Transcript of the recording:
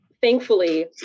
Thankfully